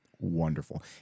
wonderful